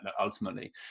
ultimately